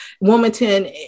Wilmington